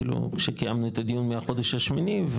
כשקיימנו את הדיון מהחודש השמיני,